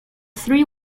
three